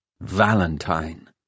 Valentine